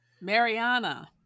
Mariana